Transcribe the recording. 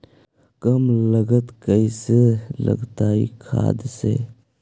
कम लागत कैसे लगतय खाद से?